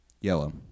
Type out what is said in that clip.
Yellow